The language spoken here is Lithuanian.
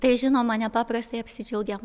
tai žinoma nepaprastai apsidžiaugėm